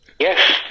Yes